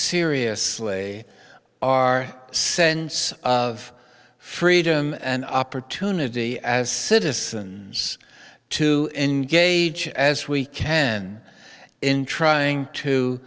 seriously our sense of freedom and opportunity as citizens to engage as we can in trying to